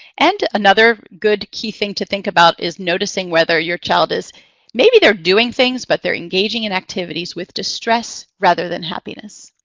and another good key thing to think about is noticing whether your child is maybe they're doing things, but they're engaging in activities with distress rather than happiness.